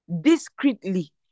discreetly